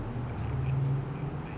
how much like one one point five